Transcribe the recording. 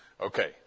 Okay